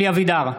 (קורא בשמות חברי הכנסת) אלי אבידר,